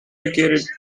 predicted